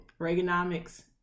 Reaganomics